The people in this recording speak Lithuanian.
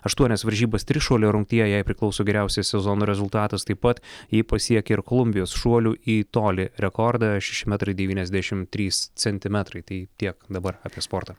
aštuonias varžybas trišuolio rungtyje jai priklauso geriausias sezono rezultatas taip pat ji pasiekė ir kolumbijos šuolių į tolį rekordą šeši metrai devyniasdešimt trys centimetrai tai tiek dabar apie sportą